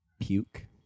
puke